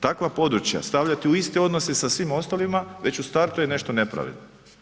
Takva područja stavljati u iste odnose sa svima ostalima već u startu je nešto nepravilno.